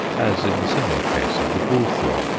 as in the similar case of the bullthorn,